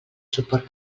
suport